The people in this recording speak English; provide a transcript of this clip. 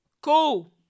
Cool